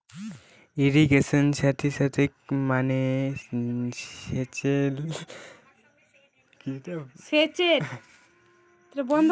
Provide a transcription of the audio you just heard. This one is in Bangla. ইরিগেশন স্ট্যাটিসটিক্স মানে সেচের ব্যাপারে পরিসংখ্যান বিদ্যা লাগে